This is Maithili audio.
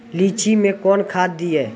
लीची मैं कौन खाद दिए?